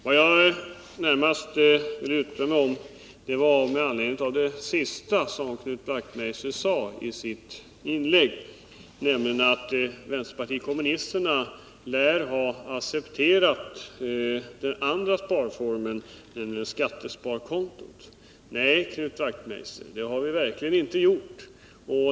Vad jag närmast vill yttra mig om är det sista som Knut Wachtmeister sade isitt inlägg, nämligen att vänsterpartiet kommunisterna lär ha accepterat den andra sparformen, skattesparkontot. Nej, Knut Wachtmeister, det har vi verkligen inte gjort.